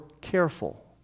careful